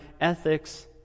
ethics